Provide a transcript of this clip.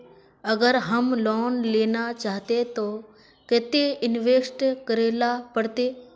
अगर हम लोन लेना चाहते तो केते इंवेस्ट करेला पड़ते?